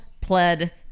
pled